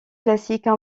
classiques